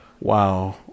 wow